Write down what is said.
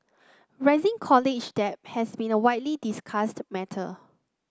rising college debt has been a widely discussed matter